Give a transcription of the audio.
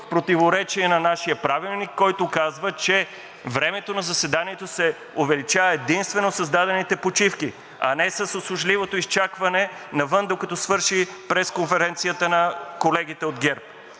противоречие на нашия Правилник, който казва, че времето на заседанието се увеличава единствено с дадените почивки, а не с услужливото изчакване навън, докато свърши пресконференцията на колегите от ГЕРБ.